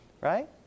right